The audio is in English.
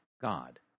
God